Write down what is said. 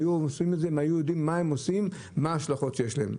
הם היו עושים את זה אם הם היו יודעים מה ההשלכות שיש לזה.